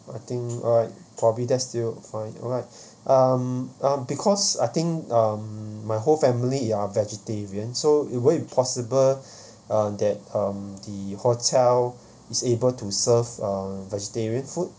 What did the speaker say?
I think I probably that's still fine alright um um because I think um my whole family are vegetarian so will it be possible uh that um the hotel is able to serve uh vegetarian food